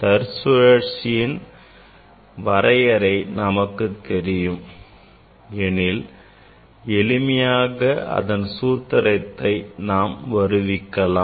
தற்சுழற்சியின் வரையறை நமக்குத் தெரியும் எனில் எளிமையாக அதன் சூத்திரத்தை நாம் வருவிக்கலாம்